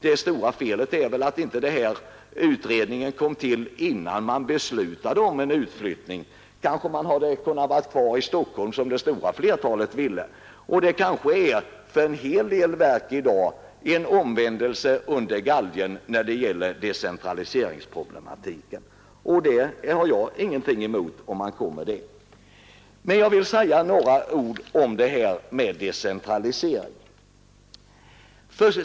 Det stora felet är väl att denna utredning inte kom till stånd innan en utflyttning beslutades. Kanske hade man kunnat vara kvar i Stockholm, som det stora flertalet vill. Måhända sker det i dag inom en hel del verk en omvändelse under galgen när det gäller decentraliseringspolitiken, och jag har ingenting emot att man kommer dithän. Jag vill säga några ord om decentraliseringen.